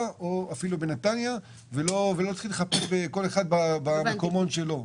או אפילו בנתניה ולא לחפש כל אחד במקום מגוריו.